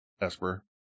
Esper